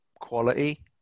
quality